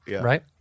right